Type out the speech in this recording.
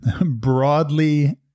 broadly